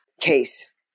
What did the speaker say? case